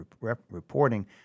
reporting